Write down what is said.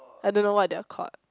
I don't know what their court